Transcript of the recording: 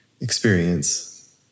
experience